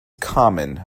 common